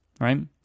right